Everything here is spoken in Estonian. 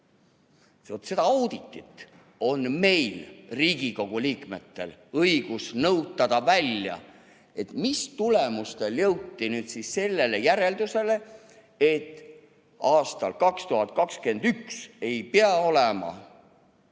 Seda auditit on meil, Riigikogu liikmetel, õigus välja nõutada, et mis põhjustel jõuti nüüd siis sellele järeldusele, et aastal 2021 ei pea olema